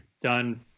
done